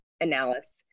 analysis